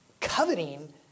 coveting